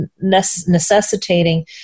necessitating